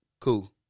Cool